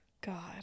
God